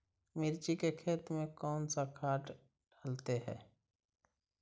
मिर्ची के खेत में कौन सा खाद डालते हैं?